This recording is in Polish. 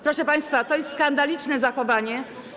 Proszę państwa, to jest skandaliczne zachowanie.